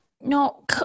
No